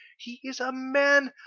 he is a man.